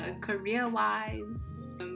career-wise